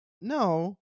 no